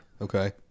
Okay